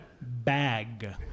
bag